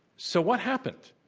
so what happened?